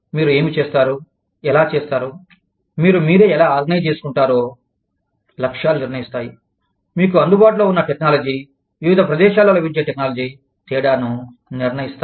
మీరు ఏమి చేస్తారు ఎలా చేస్తారు మీరు మీరే ఎలా ఆర్గనైజ్ చేసుకుంటారో లక్ష్యాలు నిర్ణయిస్తాయి మీకు అందుబాటులో ఉన్న టెక్నాలజీ వివిధ ప్రదేశాలలో లభించే టెక్నాలజీ తేడాను నిర్ణయిస్తాయి